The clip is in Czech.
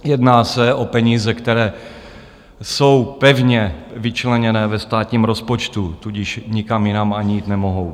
Jedná se o peníze, které jsou pevně vyčleněné ve státním rozpočtu, tudíž nikam jinam ani jít nemohou.